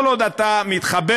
כל עוד אתה מתחבר,